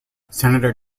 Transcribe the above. senator